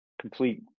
complete